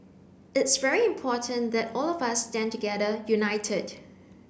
it's very important that all of us stand together united